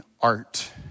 art